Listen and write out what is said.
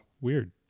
Weird